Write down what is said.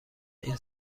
این